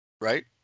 Right